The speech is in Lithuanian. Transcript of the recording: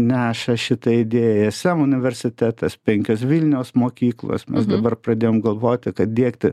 neša šitą idėją esem universitetas penkios vilniaus mokyklos mes dabar pradėjom galvoti kad diegti